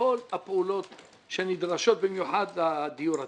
לכל הפעולות שנדרשות, במיוחד לדיור הציבורי.